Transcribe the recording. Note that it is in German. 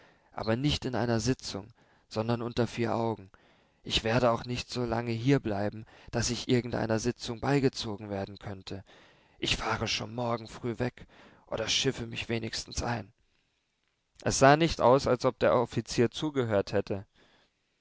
aber nicht in einer sitzung sondern unter vier augen ich werde auch nicht so lange hier bleiben daß ich irgendeiner sitzung beigezogen werden könnte ich fahre schon morgen früh weg oder schiffe mich wenigstens ein es sah nicht aus als ob der offizier zugehört hätte